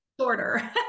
Shorter